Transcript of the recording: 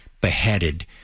beheaded